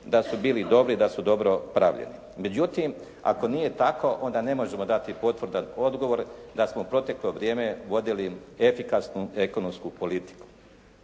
da su bili dobri, da su dobro pravljeni. Međutim ako nije tako onda ne možemo dati potvrdan odgovor da smo proteklo vrijeme vodili efikasnu ekonomsku politiku